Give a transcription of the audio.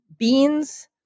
Beans